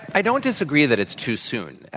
i don't disagree that it's too soon,